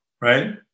right